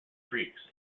creeks